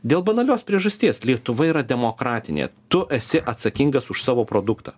dėl banalios priežasties lietuva yra demokratinė tu esi atsakingas už savo produktą